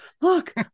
look